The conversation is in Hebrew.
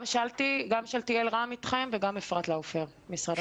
גם שאלתיאל רם אתכם וגם אפרת לאופר, משרד החינוך.